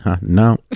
No